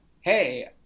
hey